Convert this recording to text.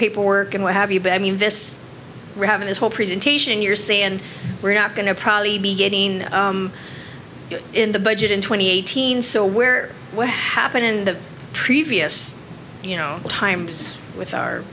paperwork and what have you but i mean this we have in this whole presentation you're saying and we're not going to probably be getting it in the budget in twenty eighteen so where what happened in the previous you know times with our